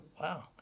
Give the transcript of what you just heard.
wow